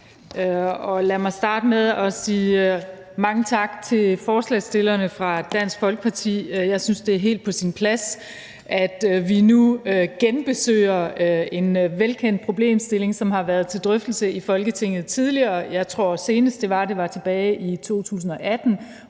Lad mig starte med at sige mange tak til forslagsstillerne fra Dansk Folkeparti. Jeg synes, det er helt på sin plads, at vi nu genbesøger en velkendt problemstilling, som har været til drøftelse i Folketinget tidligere – jeg tror, at den seneste gang var tilbage i 2018,